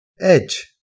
Edge